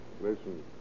Listen